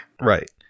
Right